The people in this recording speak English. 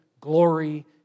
glory